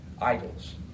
idols